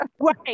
right